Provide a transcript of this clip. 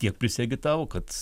tiek prisiagitavo kad